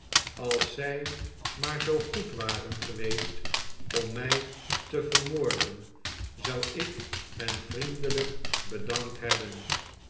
als zij maar zoo goed waren geweestom mij te vermoorden zou ik hen vriendelijk bedankt hebben